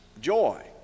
joy